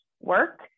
work